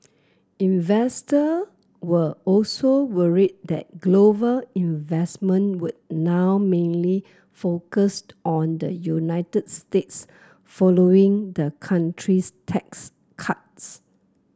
investor were also worried that global investment would now mainly focused on the United States following the country's tax cuts